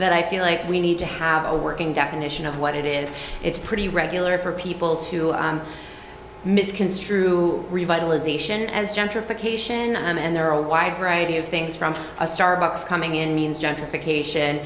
that i feel like we need to have a working definition of what it is it's pretty regular for people to misconstrue revitalization as gentrification and there are a wide variety of things from a starbucks coming in means gentrification